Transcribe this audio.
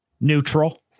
neutral